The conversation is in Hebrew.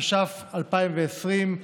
התש"ף 2020,